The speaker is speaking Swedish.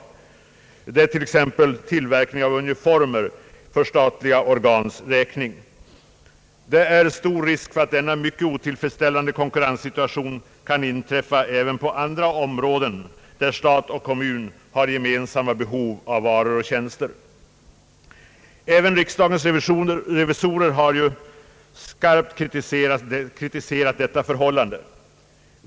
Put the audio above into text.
Detta gäller t.ex. tillverkning av uni former för statliga organs räkning. Det är stor risk för att denna mycket otillfredsställande konkurrenssituation kan inträda även på andra områden där stat och kommun har gemensamma behov av varor och tjänster. Även riksdagens revisorer har skarpt kritiserat detta förhållande.